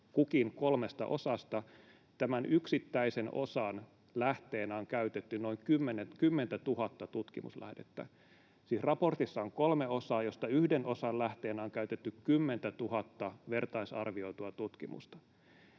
kukin kolmesta osasta, tämän yksittäisen osan lähteenä on käytetty noin kymmentätuhatta tutkimuslähdettä. Siis raportissa on kolme osaa, joista yhden osan lähteenä on käytetty kymmentätuhatta vertaisarvioitua tutkimusta.